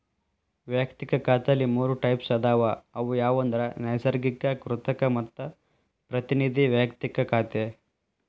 ವಯಕ್ತಿಕ ಖಾತೆಲಿ ಮೂರ್ ಟೈಪ್ಸ್ ಅದಾವ ಅವು ಯಾವಂದ್ರ ನೈಸರ್ಗಿಕ, ಕೃತಕ ಮತ್ತ ಪ್ರತಿನಿಧಿ ವೈಯಕ್ತಿಕ ಖಾತೆ